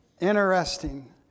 interesting